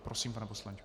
Prosím, pane poslanče.